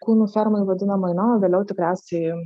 kūnų fermoj vadinamoj na o vėliau tikriausiai